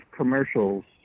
commercials